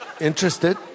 interested